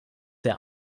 der